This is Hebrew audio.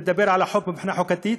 לדבר על החוק מבחינה חוקתית,